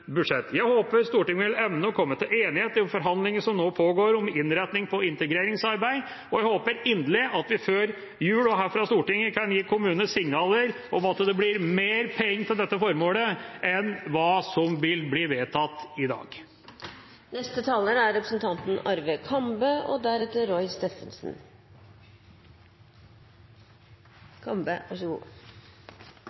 budsjett. Jeg håper Stortinget vil evne å komme til enighet i forhandlingene som nå pågår om innretning på integreringsarbeid, og jeg håper inderlig at vi fra Stortinget før jul kan gi kommunene signaler om at det blir mer penger til dette formålet enn det som vil bli vedtatt i dag. 2016 kommer til å bli et svært krevende år. Derfor har regjeringen lagt fram et budsjett for arbeid, aktivitet og omstilling. Vi ser at landet er